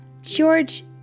George